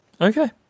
Okay